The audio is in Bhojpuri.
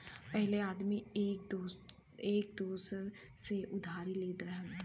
पहिले आदमी एक दूसर से उधारी लेत रहल